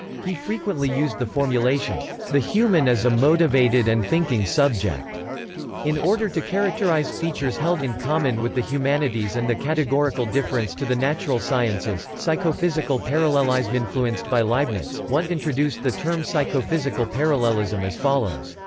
he frequently used the formulation the human as a motivated and thinking subject in order to characterise features held in common with the humanities and the categorical difference to the natural sciences psychophysical parallelisminfluenced by leibniz, wundt introduced the term psychophysical parallelism as follows,